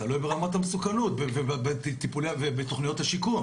תלוי ברמת המסוכנות ובתוכניות השיקום,